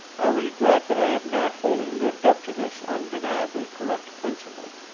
i regret that i have not wholly lived up to this undeniably correct principle.